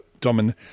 domin